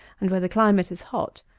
and where the climate is hot.